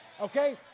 Okay